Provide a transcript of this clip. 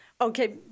Okay